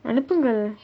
அனுப்புங்கள்:anuppungal